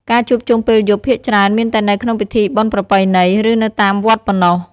ការជួបជុំពេលយប់ភាគច្រើនមានតែនៅក្នុងពិធីបុណ្យប្រពៃណី ឬនៅតាមវត្តប៉ុណ្ណោះ។